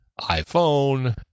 iPhone